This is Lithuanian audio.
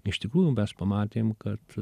iš tikrųjų mes pamatėm kad